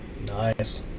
Nice